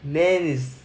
man's